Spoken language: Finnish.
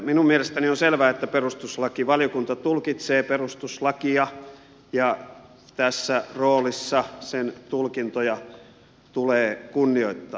minun mielestäni on selvä että perustuslakivaliokunta tulkitsee perustuslakia ja tässä roolissa sen tulkintoja tulee kunnioittaa